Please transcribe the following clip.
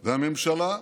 והממשלה,